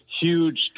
huge